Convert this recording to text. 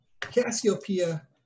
Cassiopeia